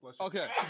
Okay